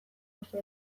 oso